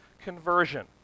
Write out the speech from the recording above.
conversion